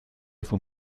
von